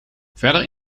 verder